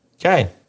Okay